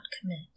commit